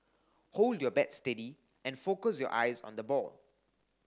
hold your bat steady and focus your eyes on the ball